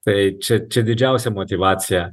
tai čia čia didžiausia motyvacija